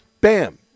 Bam